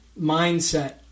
mindset